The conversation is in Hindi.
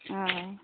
हाँ